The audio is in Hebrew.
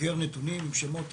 אוגר נתונים עם שמות,